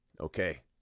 Okay